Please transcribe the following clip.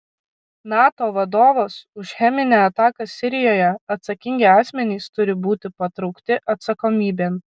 nato vadovas už cheminę ataką sirijoje atsakingi asmenys turi būti patraukti atsakomybėn